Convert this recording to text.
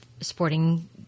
sporting